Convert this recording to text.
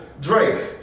Drake